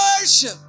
worship